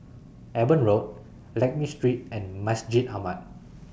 Eben Road Lakme Street and Masjid Ahmad